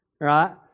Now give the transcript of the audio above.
right